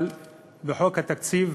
אבל בחוק התקציב,